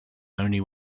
only